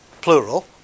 plural